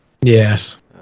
yes